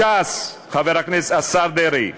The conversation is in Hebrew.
ש"ס, השר דרעי,